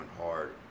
hard